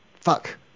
Fuck